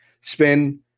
Spin